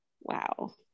Wow